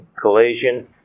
collision